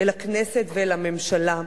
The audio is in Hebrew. אל הכנסת ואל הממשלה.